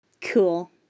Cool